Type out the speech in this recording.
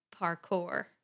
parkour